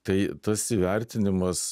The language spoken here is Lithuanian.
tai tas įvertinimas